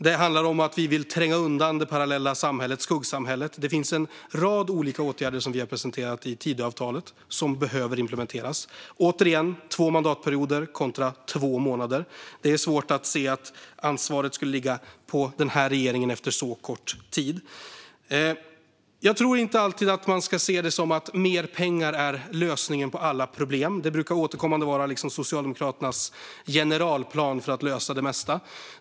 Det handlar om att vi vill tränga undan det parallella samhället, skuggsamhället. Det finns en rad olika åtgärder som vi har presenterat i Tidöavtalet som behöver implementeras. Återigen: två mandatperioder kontra två månader - det är svårt att se att ansvaret skulle ligga på den här regeringen efter så kort tid. Jag tror inte alltid att man ska se det som att mer pengar är lösningen på alla problem; det brukar vara Socialdemokraternas generalplan för att lösa det mesta.